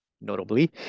Notably